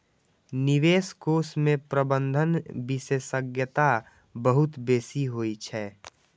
निवेश कोष मे प्रबंधन विशेषज्ञता बहुत बेसी होइ छै